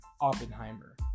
Oppenheimer